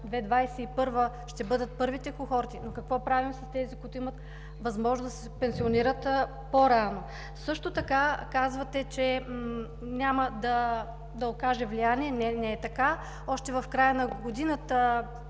2021 г. ще бъдат първите кохорти, но какво правим с тези, които имат възможност да се пенсионират по-рано? Също така казвате, че няма да окаже влияние. Не, не е така. Още в края на предходната